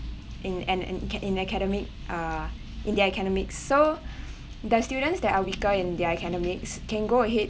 in and in ca~ in academic ah in their academic so the students that are weaker in their academics can go ahead